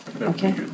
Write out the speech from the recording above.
Okay